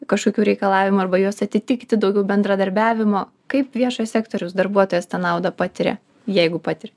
kažkokių reikalavimų arba juos atitikti daugiau bendradarbiavimo kaip viešojo sektoriaus darbuotojas tą naudą patiria jeigu patiria